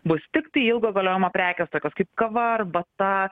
bus tiktai ilgo galiojimo prekės tokių kaip kava arbata